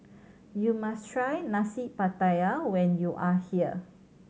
you must try Nasi Pattaya when you are here